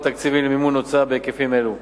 תקציביים למימון הוצאה בהיקפים אלו.